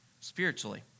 spiritually